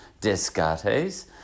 Descartes